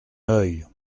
œil